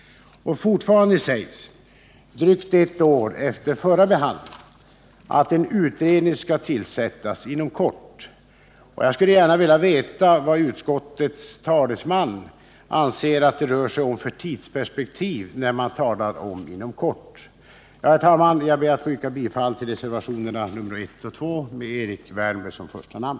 Och fortfarande sägs det — drygt ett år efter förra behandlingen — att en utredning skall tillsättas inom kort. Jag skulle gärna vilja veta vad utskottets talesman anser att det rör sig om för tidsperspektiv när man talar om ”inom kort”. Herr talman! Jag ber att få yrka bifall till reservationerna 1 och 2 med Erik Wärnberg som första namn.